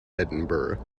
edinburgh